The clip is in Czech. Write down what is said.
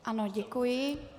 Ano, děkuji.